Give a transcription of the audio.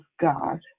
God